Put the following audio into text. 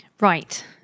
Right